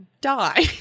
die